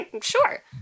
Sure